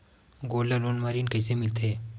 Gold loan म ऋण कइसे मिलथे?